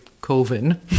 coven